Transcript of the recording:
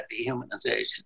dehumanization